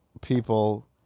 people